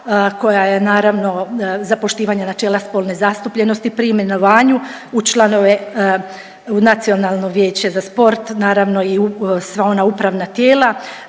koja je naravno za poštivanje načela spolne zastupljenosti pri imenovanju u članove, u Nacionalno vijeće za sport, naravno i u sva ona upravna tijela.